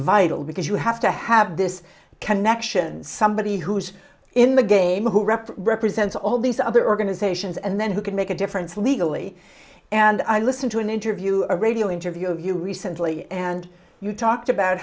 vital because you have to have this connection somebody who's in the game who repped represents all these other organizations and then who can make a difference legally and i listen to an interview a radio interview of you recently and you talked about